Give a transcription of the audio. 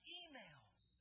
emails